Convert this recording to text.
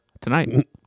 tonight